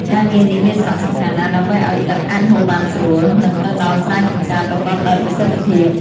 ការងារនេះមានសារៈសំខាន់ណាស់ដើម្បីឲ្យទឹកអាចហូរបានស្រួល និងទៅដល់ស្រែចម្ការប្រកបដោយប្រសិទ្ធភាព។